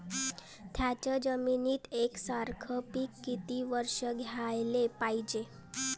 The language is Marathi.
थ्याच जमिनीत यकसारखे पिकं किती वरसं घ्याले पायजे?